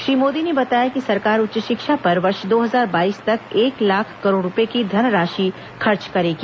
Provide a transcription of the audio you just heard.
श्री मोदी ने बताया कि सरकार उच्च शिक्षा पर वर्ष दो हजार बाईस तक एक लाख करोड़ रुपये की धनराशि खर्च करेगी